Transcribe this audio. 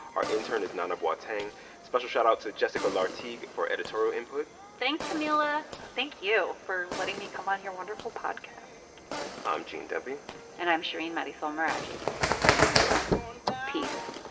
our intern is nana boateng. special shout-out to jessica lartigue for editorial input thanks, camila thank you for letting me come on your wonderful podcast i'm gene demby and i'm shereen marisol meraji be easy, ah y'all peace